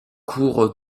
cours